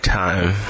time